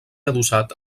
adossat